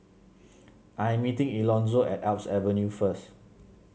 I am meeting Elonzo at Alps Avenue first